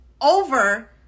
over